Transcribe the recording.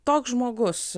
toks žmogus